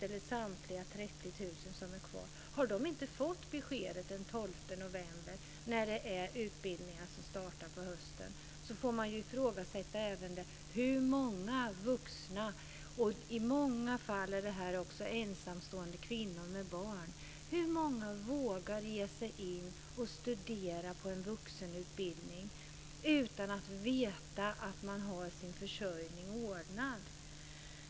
Har de som börjar sin utbildning på hösten inte fått besked den 12 november får man också ifrågasätta hur många vuxna - i många fall kvinnor med barn - som vågar börja studera på en vuxenutbildningskurs utan att veta att de har sin försörjning ordnad.